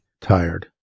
tired